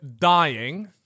dying